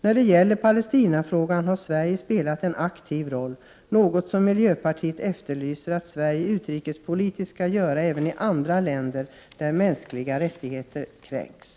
När det gäller Palestinafrågan har Sverige spelat en aktiv roll, något som miljöpartiet efterlyser att Sverige utrikespolitiskt skall göra även i andra länder där mänskliga rättigheter kränks.